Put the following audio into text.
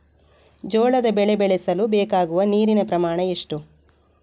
ಜೋಳದ ಬೆಳೆ ಬೆಳೆಸಲು ಬೇಕಾಗುವ ನೀರಿನ ಪ್ರಮಾಣ ಎಷ್ಟು?